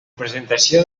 presentació